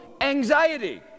anxiety